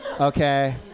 okay